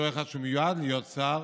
אותו אחד שמיועד להיות שר